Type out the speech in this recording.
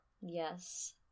Yes